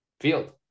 field